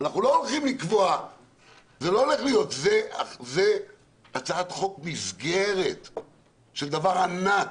זו הצעת חוק מסגרת של דבר ענק,